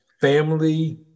Family